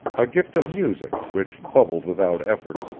a gift of music, which bubbled without effort,